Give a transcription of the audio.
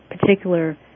particular